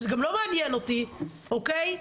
זה גם לא מעניין אותי, אוקיי?